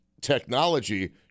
technology